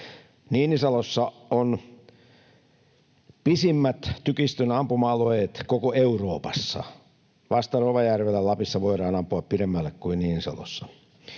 Niinisalossa on pisimmät tykistön ampuma-alueet koko Euroopassa — vasta Rovajärvellä, Lapissa voidaan ampua pidemmälle kuin Niinisalossa.